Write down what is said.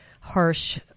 harsh